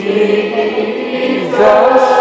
Jesus